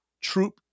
troop